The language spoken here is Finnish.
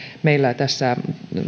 meillä tästä